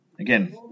Again